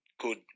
good